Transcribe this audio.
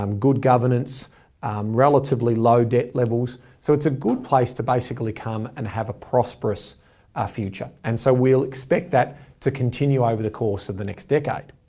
um good governance and relatively low debt levels. so it's a good place to basically come and have a prosperous ah future. and so we'll expect that to continue over the course of the next decade.